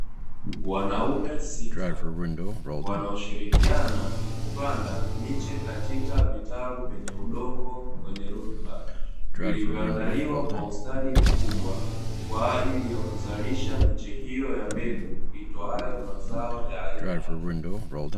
Wanaume sita, wanaoshirikiana kupanda miche katika vitalu vyenye udongo wenye rutuba, vilivyoandaliwa kwa ustadi mkubwa kwa ajili ya kuzalisha miche hiyo ya mbegu itoayo mazao ya aina yake.